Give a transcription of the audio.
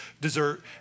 dessert